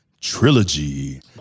Trilogy